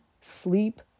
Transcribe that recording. sleep